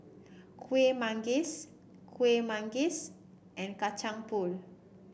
Kuih Manggis Kuih Manggis and Kacang Pool